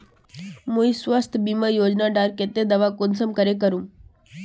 मुई स्वास्थ्य बीमा योजना डार केते दावा कुंसम करे करूम?